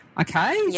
okay